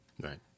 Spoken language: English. Right